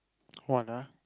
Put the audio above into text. what ah